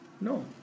no